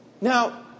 Now